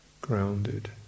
Grounded